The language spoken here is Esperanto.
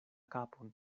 kapon